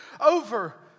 over